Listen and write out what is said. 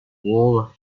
wool